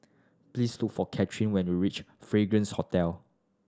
please look for Katerina when you reach Fragrance Hotel